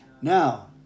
Now